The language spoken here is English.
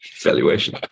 Evaluation